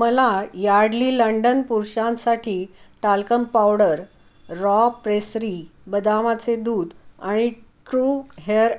मला Yardley London पुरुषांसाठी talcum powder Raw Pressery बदामाचे दूध आणि ट्रू हेअर